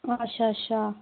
अच्छा अच्छा